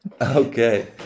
okay